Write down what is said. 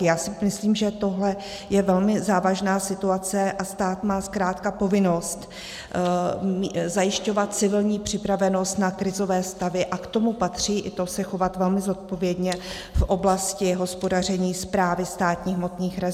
Já si myslím, že tohle je velmi závažná situace a stát má zkrátka povinnost zajišťovat civilní připravenost na krizové stavy, a k tomu patří i to chovat se velmi zodpovědně v oblasti hospodaření správy státních hmotných rezerv.